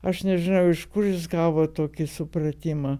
aš nežinau iš kur jis gavo tokį supratimą